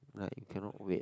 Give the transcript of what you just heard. like cannot wait